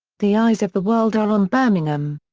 the eyes of the world are on birmingham.